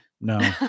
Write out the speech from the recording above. No